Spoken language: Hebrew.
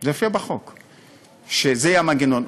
שזה המנגנון.